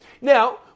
Now